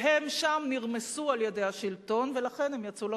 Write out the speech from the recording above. והם שם נרמסו על-ידי השלטון, ולכן הם יצאו לרחוב.